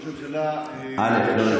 ראש הממשלה שרון.